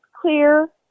clear